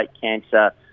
cancer